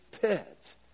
pit